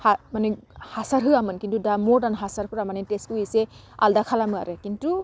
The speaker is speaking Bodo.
हा माने हासार होआमोन खिन्थु दा मर्डान हासारफ्रा माने टेस्टखौ एसे आलदा खालामो आरो खिन्थु